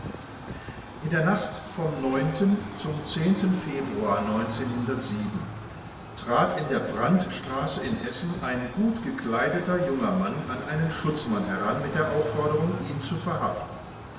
in der nacht vom zum februar trat in der brandstraße in essen ein gut gekleideter junger mann an einen schutzmann heran mit der aufforderung ihn zu verhaften